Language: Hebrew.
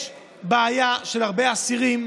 יש בעיה של הרבה אסירים,